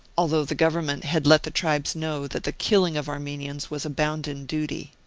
although the government had let the tribes know that the killing of armenians was a bounden duty.